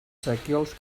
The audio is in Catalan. sequiols